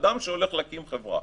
אדם שהולך להקים חברה.